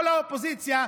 כל האופוזיציה,